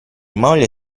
moglie